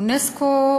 אונסק"ו,